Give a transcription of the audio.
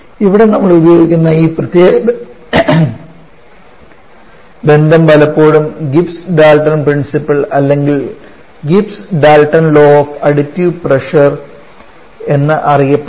ഇവിടെ നമ്മൾ ഉപയോഗിക്കുന്ന ഈ പ്രത്യേക ബന്ധം പലപ്പോഴും ഗിബ്സ് ഡാൽട്ടൺ പ്രിൻസിപ്പൽ അല്ലെങ്കിൽ Gibbs Dalton law of additive pressure എന്നറിയപ്പെടുന്നു